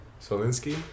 Solinsky